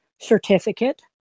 Certificate